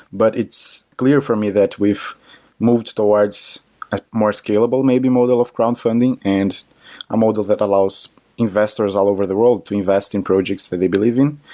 but it's clear for me that we've moved towards ah more scalable maybe model of crowdfunding, and a model that allows investors all over the world to invest in projects that they believe in,